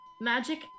Magic